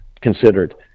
considered